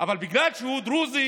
בגלל שהוא דרוזי